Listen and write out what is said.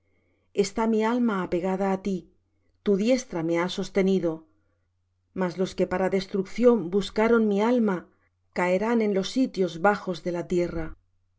está mi alma apegada á ti tu diestra me ha sostenido mas los que para destrucción buscaron mi alma caerán en los sitios bajos de la tierra